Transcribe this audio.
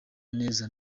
neza